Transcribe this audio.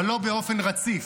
אבל לא באופן רציף.